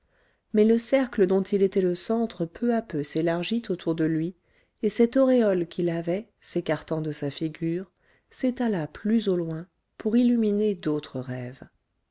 mais le cercle dont il était le centre peu à peu s'élargit autour de lui et cette auréole qu'il avait s'écartant de sa figure s'étala plus au loin pour illuminer d'autres rêves